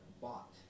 bought